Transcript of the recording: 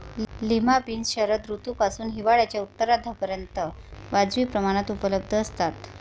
lima beans शरद ऋतूपासून हिवाळ्याच्या उत्तरार्धापर्यंत वाजवी प्रमाणात उपलब्ध असतात